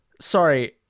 Sorry